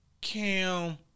Cam